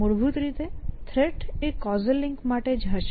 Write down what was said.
મૂળભૂત રીતે થ્રેટ એ કૉઝલ લિંક માટે જ હશે